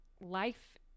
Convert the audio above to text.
Life